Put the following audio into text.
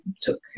took